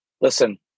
Listen